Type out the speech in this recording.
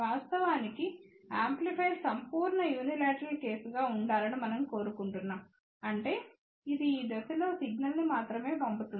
వాస్తవానికి యాంప్లిఫైయర్ సంపూర్ణ యూనిలేట్రల్ కేసుగా ఉండాలని మనం కోరుకుంటున్నాము అంటే ఇది ఈ దిశలో సిగ్నల్ ను మాత్రమే పంపుతుంది